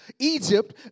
Egypt